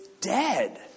dead